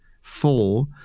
four